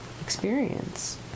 experience